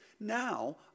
now